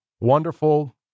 wonderful